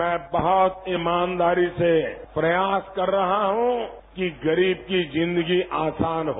मैं बहत ईमानदारी से प्रयास कर रहा हूं कि गरीब की जिंदगी आसान हो